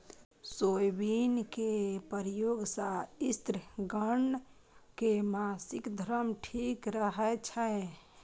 soybean के प्रयोग सं स्त्रिगण के मासिक धर्म ठीक रहै छै